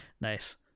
nice